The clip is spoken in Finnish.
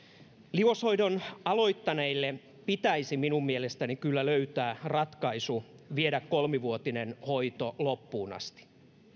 liuoshoidon aloittaneille pitäisi minun mielestäni kyllä löytää ratkaisu viedä kolmivuotinen hoito loppuun asti